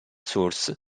source